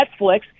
Netflix